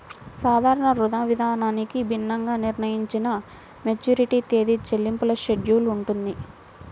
సాధారణ రుణవిధానానికి భిన్నంగా నిర్ణయించిన మెచ్యూరిటీ తేదీ, చెల్లింపుల షెడ్యూల్ ఉంటుంది